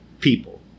people